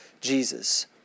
Jesus